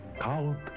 Count